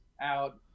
out